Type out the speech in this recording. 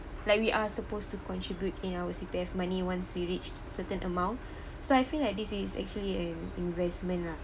like we are supposed to contribute in our C_P_F money once we reached certain amount so I feel like this is actually an investment lah